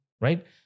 right